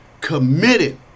committed